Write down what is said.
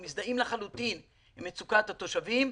אנחנו מזדהים לחלוטין עם מצוקת התושבים,